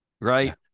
Right